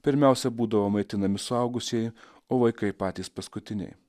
pirmiausia būdavo maitinami suaugusieji o vaikai patys paskutiniai